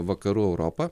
vakarų europą